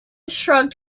shrugged